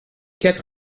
quatre